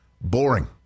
boring